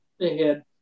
ahead